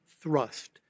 thrust